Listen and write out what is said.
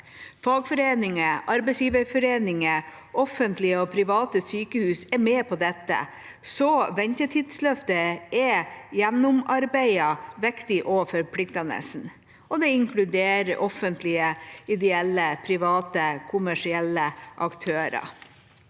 Fagforeninger, arbeidsgiverforeninger og offentlige og private sykehus er med på dette, så Ventetidsløftet er gjennomarbeidet, viktig og forpliktende. Det inkluderer offentlige, ideelle, private, kommersielle aktører,